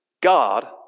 god